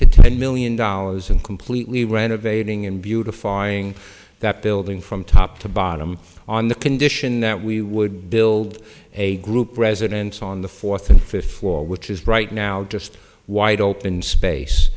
to ten million dollars in completely renovating and beautifying that building from top to bottom on the condition that we would build a group residence on the fourth and fifth floor which is right now just wide open space